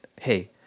Hey